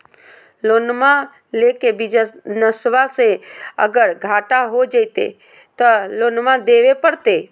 लोनमा लेके बिजनसबा मे अगर घाटा हो जयते तो लोनमा देवे परते?